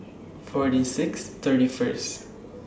forty six thirty First